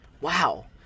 Wow